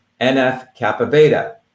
NF-kappa-beta